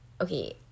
Okay